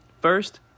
First